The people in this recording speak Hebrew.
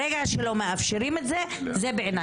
ברגע שלא מאפשרים את זה, זה בעיניי כפייה.